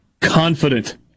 confident